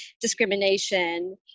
discrimination